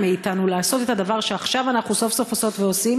מאתנו לעשות את הדבר שעכשיו אנחנו סוף-סוף עושות ועושים